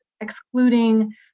excluding